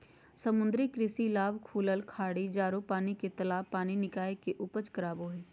समुद्री कृषि लाभ खुलल खाड़ी खारे पानी के तालाब पानी निकाय के उपज बराबे हइ